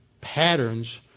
patterns